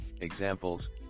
examples